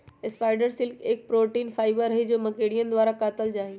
spider silk एक protein fibre हई जो मकड़ियन द्वारा कातल जाहई